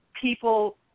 people